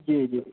جی جی